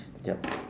yup